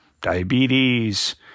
diabetes